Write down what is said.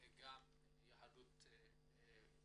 גם יהדות הודו.